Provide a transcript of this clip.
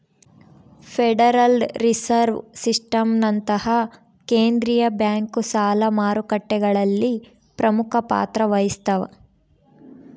federal Reserve ಸಿಸ್ಟಮ್ನಂತಹ ಕೇಂದ್ರೀಯ bank ಸಾಲ ಮಾರುಕಟ್ಟೆಗಳಲ್ಲಿ ಪ್ರಮುಖ ಪಾತ್ರ ವಹಿಸ್ತವ